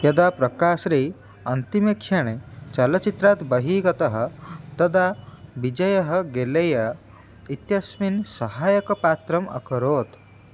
यदा प्रकाश् रै अन्तिमे क्षणे चलच्चित्रात् बहिः गतः तदा विजयः गेळेय इत्यस्मिन् सहायकपात्रम् अकरोत्